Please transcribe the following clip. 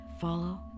follow